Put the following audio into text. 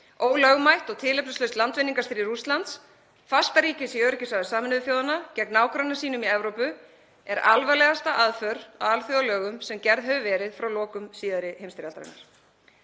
Ólögmætt og tilefnislaust landvinningastríð Rússlands, fastaríkis í öryggisráði Sameinuðu þjóðanna, gegn nágrönnum sínum í Evrópu er alvarlegasta aðför að alþjóðalögum sem gerð hefur verið frá lokum síðari heimsstyrjaldarinnar.